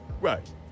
right